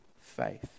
faith